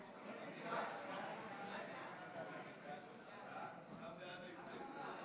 88 בעד, אפס מתנגדים, אפס נמנעים.